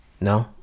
No